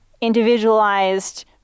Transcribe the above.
individualized